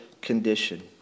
condition